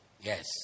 Yes